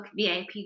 VIP